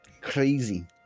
Crazy